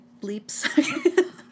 bleeps